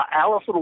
Alice